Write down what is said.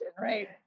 right